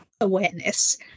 awareness